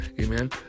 Amen